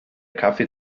kaffee